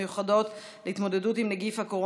סליחה, מי עוד לא הספיק?